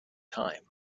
time